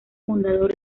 fundador